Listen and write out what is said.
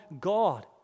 God